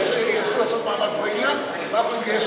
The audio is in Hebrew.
ינסו לעשות מאמץ ביניהם ואנחנו נגייס,